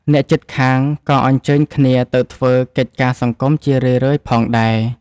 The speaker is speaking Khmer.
អ្នកជិតខាងក៏អញ្ជើញគ្នាទៅធ្វើកិច្ចការសង្គមជារឿយៗផងដែរ។